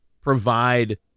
provide